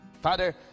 Father